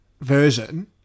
Version